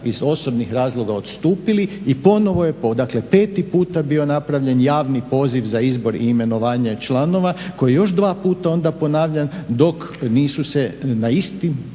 iz osobnih razloga odstupili i ponovo je, dakle po peti puta bio napravljen javni poziv za izbor i imenovanje članova koji je još dva puta onda ponavljan dok nisu se na isti